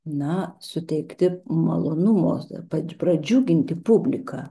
na suteikti malonumo pra pradžiuginti publiką